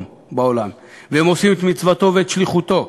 בעולם והם עושים את מצוותו ואת שליחותו.